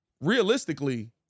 realistically